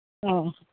ꯑꯧ